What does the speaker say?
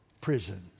prison